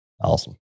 Awesome